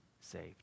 saved